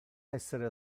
essere